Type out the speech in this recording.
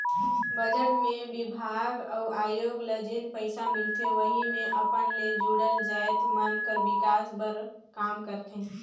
budget मे बिभाग अउ आयोग ल जेन पइसा मिलथे वहीं मे अपन ले जुड़ल जाएत मन कर बिकास बर काम करथे